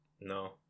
No